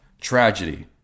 tragedy